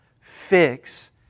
fix